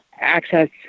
access